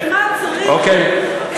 בשביל מה צריך אבחונים?